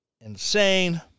Insane